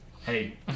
hey